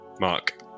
mark